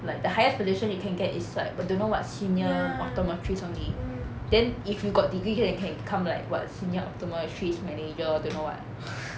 like the highest position you can get is like don't know what senior optometrist only then if you got degree here you can become like what senior optometrist manager don't know what